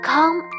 Come